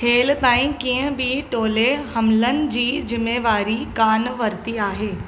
हेलि ताईं कंहिं बि टोले हमलनि जी ज़िमेवारी कान वरिती आहे